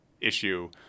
issue